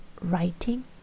writing